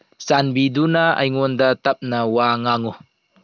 ꯆꯥꯟꯕꯤꯗꯨꯅ ꯑꯩꯉꯣꯟꯗ ꯇꯞꯅ ꯋꯥ ꯉꯥꯡꯎ